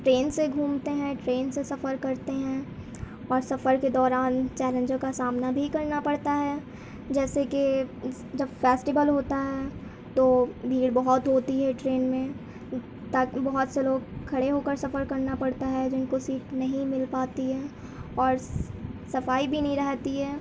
train سے گھومتے ہیں ٹرین سے سفر کرتے ہیں اور سفر کے دوران چیلنجوں کا سامنا بھی کرنا پڑتا ہے جیسے کہ جب فیسٹیول ہوتا ہے تو بھیڑ بہت ہوتی ہے ٹرین میں بہت سے لوگ کھڑے ہو کر سفر کرنا پڑتا ہے جن کو سیٹ نہیں مل پاتی ہے اور صفائی بھی نہیں رہتی ہے